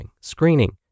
screening